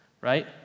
Right